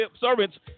servants